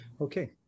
Okay